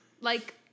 Like-